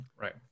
Right